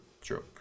True